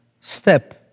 step